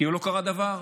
כאילו לא קרה דבר.